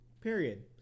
Period